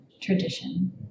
tradition